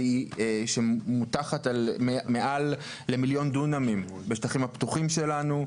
שמוטחת מעל למיליון דונמים בשטחים הפתוחים שלנו.